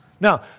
Now